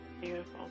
Beautiful